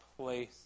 place